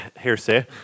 Hearsay